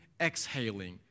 exhaling